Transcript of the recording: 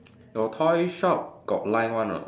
your toy shop got line one or not